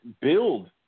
build